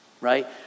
Right